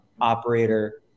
operator